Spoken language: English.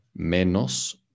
menos